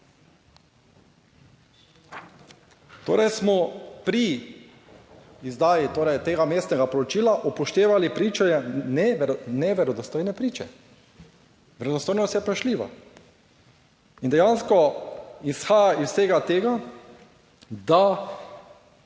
Torej, smo pri izdaji tega vmesnega poročila upoštevali priča neverodostojne priče. Verodostojnost je vprašljiva in dejansko izhaja iz vsega